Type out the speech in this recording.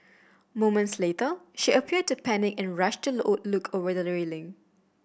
moments later she appeared to panic and rushed to look over the railing